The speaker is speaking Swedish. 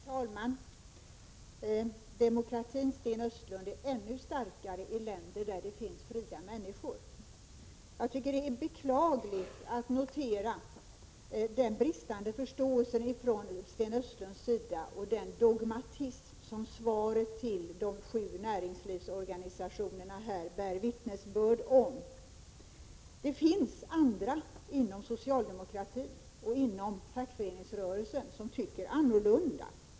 Herr talman! Demokratin, Sten Östlund, är ännu starkare i länder där det finns fria människor. Jag tycker att det är beklagligt att notera den bristande förståelsen från Sten Östlund och den dogmatism som svaret till de sju näringslivsorganisationerna bär vittnesbörd om. Det finns andra inom socialdemokratin och inom fackföreningsrörelsen som tycker annorlunda.